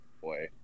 boy